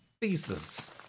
pieces